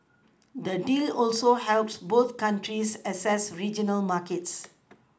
the deal also helps both countries access regional markets